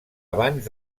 abans